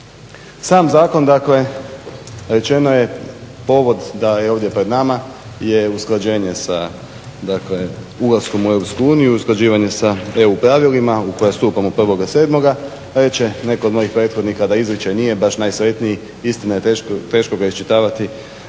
Sam zakon, dakle rečeno je povod da je ovdje pred nama je usklađenje sa ulaskom u EU i usklađivanje sa EU pravilima u koja stupamo 1.7. Reče neko od mojih prethodnika da izričaj nije baš najsretniji, istina je, teško ga je iščitavati,